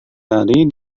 lari